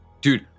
Dude